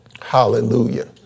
Hallelujah